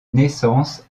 naissance